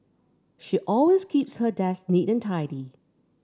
she always keeps her desk neat and tidy